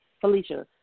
Felicia